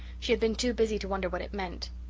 she had been too busy to wonder what it meant.